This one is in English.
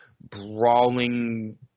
brawling